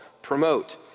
Promote